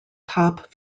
top